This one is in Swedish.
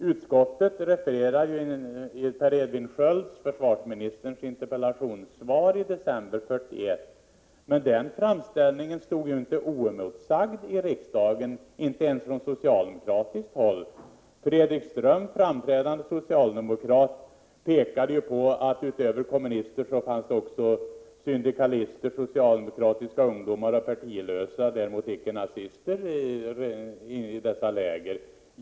Utskottet hänvisar till dåvarande försvarsministern Per Edvin Skölds interpellationssvar i december 1941, men den framställningen stod inte oemotsagd i riksdagen, inte ens från socialdemokratiskt håll. Fredrik Ström, framträdande socialdemokrat, pekade på att det utöver kommunister också fanns syndikalister, socialdemokratiska ungdomar och partilösa, däremot inte nazister, i dessa läger.